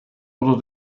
unter